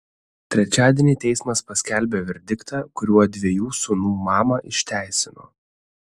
trečiadienį teismas paskelbė verdiktą kuriuo dviejų sūnų mamą išteisino